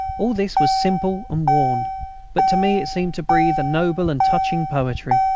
all this was simple and worn but to me it seemed to breathe a noble and touching poetry.